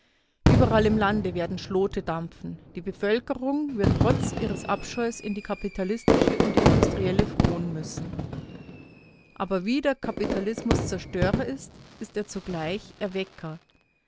überall im lande werden schlote dampfen die bevölkerung wird trotz ihres abscheus in die kapitalistische und industrielle fron müssen aber wie der kapitalismus zerstörer ist ist er zugleich erwecker